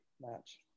match